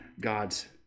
God's